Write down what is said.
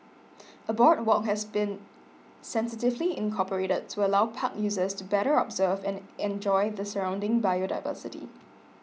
a boardwalk has also been sensitively incorporated to allow park users to better observe and enjoy the surrounding biodiversity